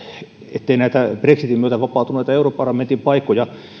ettei näitä brexitin myötä vapautuneita europarlamentin paikkoja